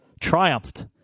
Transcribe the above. triumphed